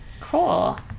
Cool